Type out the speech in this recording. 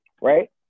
right